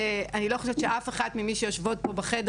אני לא חושבת שאף אחד ממי שיושבות פה בחדר